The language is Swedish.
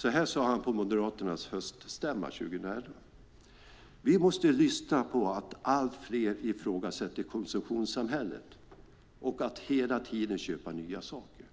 Så här sade han på Moderaternas höststämma 2011: "Vi måste lyssna på att allt fler ifrågasätter konsumtionssamhället och att hela tiden köpa nya saker."